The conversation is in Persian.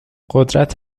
قدرت